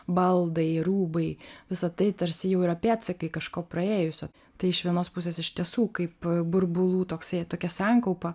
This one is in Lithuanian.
baldai rūbai visa tai tarsi jau yra pėdsakai kažko praėjusio tai iš vienos pusės iš tiesų kaip burbulų toksai tokia sankaupa